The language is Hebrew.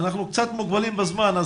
אנחנו קצת מוגבלים בזמן,